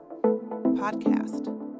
Podcast